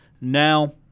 Now